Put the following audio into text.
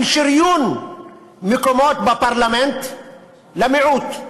של שריון מקומות בפרלמנט למיעוט,